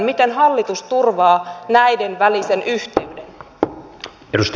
miten hallitus turvaa näiden välisen yhteyden